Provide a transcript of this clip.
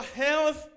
health